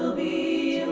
the